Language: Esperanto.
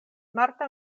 marta